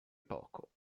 poco